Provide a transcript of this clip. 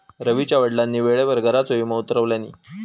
रवीच्या वडिलांनी वेळेवर घराचा विमो उतरवल्यानी